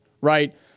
Right